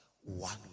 one